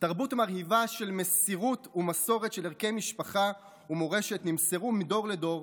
תרבות מרהיבה של מסירות ומסורת של ערכי משפחה ומורשת נמסרו מדור לדור,